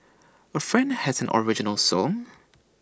A friend has an original song